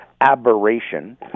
aberration